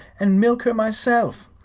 and milk her myself.